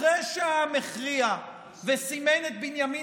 אחרי שהעם הכריע וסימן את בנימין